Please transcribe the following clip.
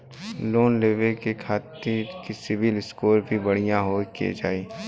Loan लेवे के खातिन सिविल स्कोर भी बढ़िया होवें के चाही?